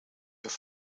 your